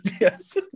Yes